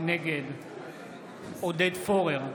נגד עודד פורר,